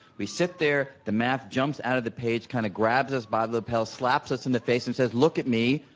we sit there, the math jumps out of the page, kind of grabs us by the lapel, slaps us in the face, and says, look at me.